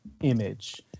image